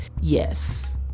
Yes